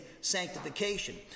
sanctification